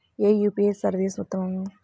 ఏ UPI service ఉత్తమము?